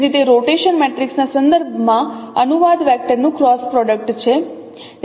તેથી તે rotation matrix ના સંદર્ભ માં અનુવાદ વેક્ટર નું ક્રોસ પ્રોડક્ટ છે